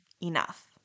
enough